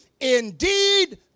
indeed